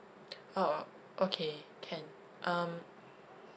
oh okay can um